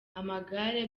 amagare